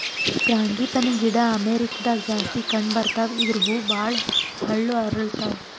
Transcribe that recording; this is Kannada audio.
ಫ್ರಾಂಗಿಪನಿ ಗಿಡ ಅಮೇರಿಕಾದಾಗ್ ಜಾಸ್ತಿ ಕಂಡಬರ್ತಾವ್ ಇದ್ರ್ ಹೂವ ಭಾಳ್ ಹಳ್ಳು ಅರಳತಾವ್